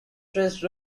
trace